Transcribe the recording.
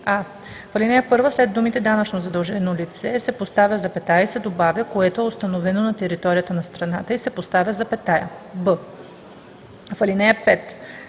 а) в ал. 1 след думите „данъчно задължено лице“ се поставя запетая и се добавя „което е установено на територията на страната“ и се поставя запетая; б) в ал. 5